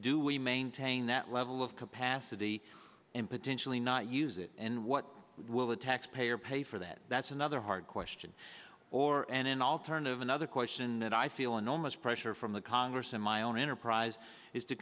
do we maintain that level of capacity and potentially not use it and what will the taxpayer pay for that that's another hard question or an alternative another question that i feel enormous pressure from the congress and my own enterprise is to